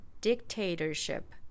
Dictatorship